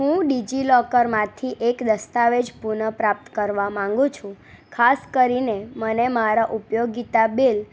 હું ડિજિલોકરમાથી એક દસ્તાવેજ પુનઃપ્રાપ્ત કરવા માગું છું ખાસ કરીને મને મારા ઉપયોગીતા બિલ